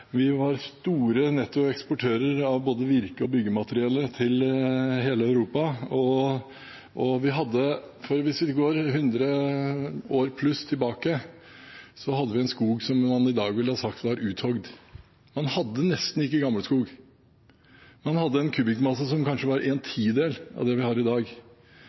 var store nettoeksportører av både virke og byggematerialer til hele Europa. Hvis vi går 100+ år tilbake, hadde vi en skog man i dag ville sagt var uthogd. Man hadde nesten ikke gammelskog. Man hadde en kubikkmasse som kanskje var en tidel av det vi har i dag,